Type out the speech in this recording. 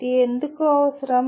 ఇది ఎందుకు అవసరం